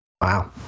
Wow